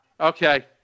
Okay